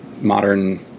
modern